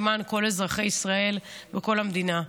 למען כל אזרחי ישראל וכל המדינה.